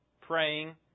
praying